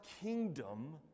kingdom